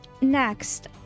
Next